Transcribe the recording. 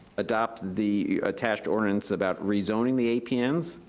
adopt the attached ordinance about rezoning the apns.